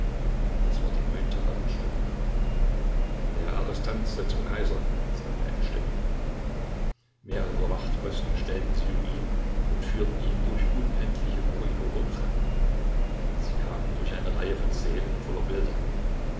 es war die neunte abendstunde der arrestant soll zum kaiser sagte eine stimme mehrere wachtposten stellten sich um ihn und führten ihn durch unendliche korridore und treppen sie kamen durch eine reihe von sälen voller bilder